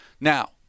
Now